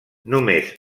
només